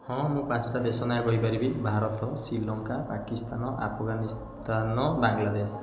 ହଁ ମୁଁ ପାଞ୍ଚଟା ଦେଶ ନାଁ କହିପାରିବି ଭାରତ ଶ୍ରୀଲଙ୍କା ପାକିସ୍ତାନ ଆଫଗାନିସ୍ତାନ୍ ବାଙ୍ଗଲାଦେଶ